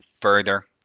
further